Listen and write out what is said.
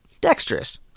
Dexterous